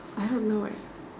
I hope not